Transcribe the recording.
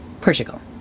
Portugal